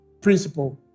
principle